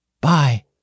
Bye